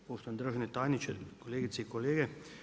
Poštovani državni tajniče, kolegice i kolege.